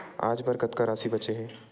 आज बर कतका राशि बचे हे?